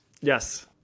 Yes